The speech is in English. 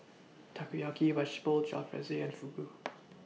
Takoyaki Jalfrezi and Fugu